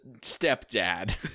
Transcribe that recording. stepdad